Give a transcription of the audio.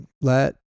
let